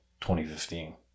2015